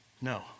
No